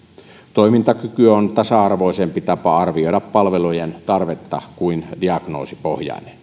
toimintakykypohjainen on tasa arvoisempi tapa arvioida palvelujen tarvetta kuin diagnoosipohjainen